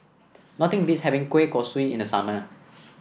nothing beats having Kueh Kosui in the summer